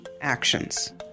actions